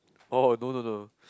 oh no no no